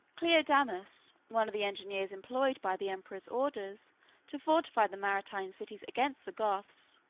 cleodamus, one of the engineers employed by the emperor's orders to fortify the maritime cities against the goths,